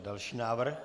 Další návrh.